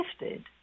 lifted